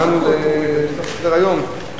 הגענו לסוף סדר-היום,